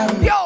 ¡Yo